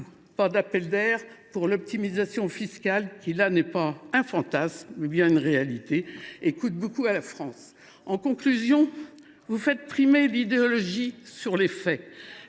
Pas d’appel d’air pour l’optimisation fiscale, laquelle n’est pas un fantasme et qui coûte beaucoup à la France ! En conclusion, vous faites primer l’idéologie sur les faits,…